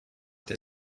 der